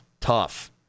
tough